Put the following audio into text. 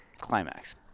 climax